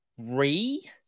three